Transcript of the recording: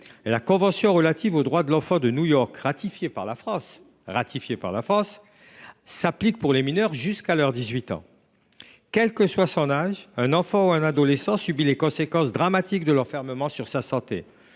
la convention relative aux droits de l’enfant de New York, ratifiée par la France, s’applique pour les mineurs jusqu’à leurs 18 ans. Quel que soit son âge, un enfant ou un adolescent subit les conséquences dramatiques de l’enfermement sur sa santé